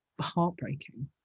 heartbreaking